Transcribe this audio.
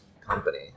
company